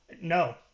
No